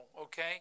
Okay